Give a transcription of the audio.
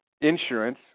insurance